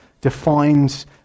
defines